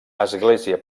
església